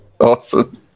Awesome